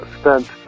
spent